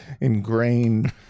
ingrained